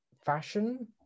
fashion